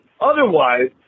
otherwise